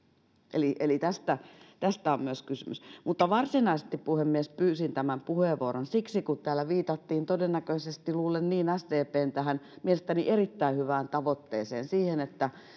eli eli tästä on myös kysymys mutta varsinaisesti puhemies pyysin tämän puheenvuoron siksi kun täällä viitattiin todennäköisesti luulen niin sdpn tähän mielestäni erittäin hyvään tavoitteeseen siihen että